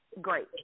great